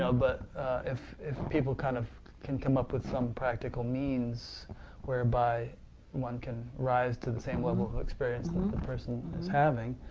ah but if if people kind of can come up with some practical means whereby one can rise to the same level of experience that the person is having,